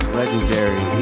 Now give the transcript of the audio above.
legendary